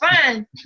fine